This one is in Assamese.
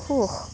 আক্ৰোশ